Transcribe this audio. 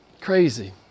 crazy